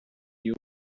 you